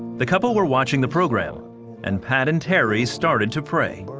the couple were watching the program and pat and terry started to pray.